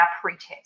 pre-test